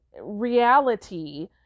reality